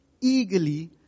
eagerly